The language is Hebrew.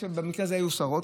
במקרה הזה שרות,